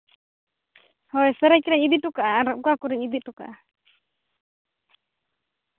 ᱦᱳᱭ ᱥᱟᱹᱨᱟᱹᱭᱠᱮᱞᱟᱧ ᱤᱫᱤ ᱦᱚᱴᱚ ᱠᱟᱜᱼᱟ ᱟᱨ ᱚᱠᱟ ᱠᱚᱨᱮᱧ ᱤᱫᱤ ᱦᱚᱴᱚ ᱠᱟᱜᱼᱟ